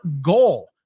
goal